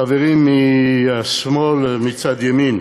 חברים מהשמאל מצד ימין,